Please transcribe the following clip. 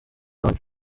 wacu